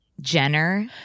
Jenner